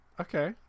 Okay